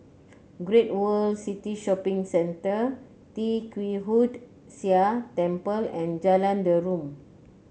Great World City Shopping Centre Tee Kwee Hood Sia Temple and Jalan Derum